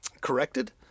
corrected